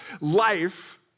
life